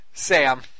Sam